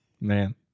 Man